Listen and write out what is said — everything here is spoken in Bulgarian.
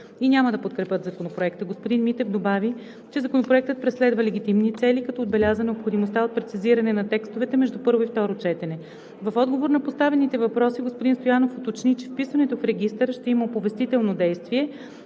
и няма да подкрепят Законопроекта. Господин Митев добави, че Законопроектът преследва легитимни цели, като отбеляза необходимостта от прецизиране на текстовете между първо и второ четене. В отговор на поставените въпроси господин Стоянов уточни, че вписването в регистъра ще има оповестително действие,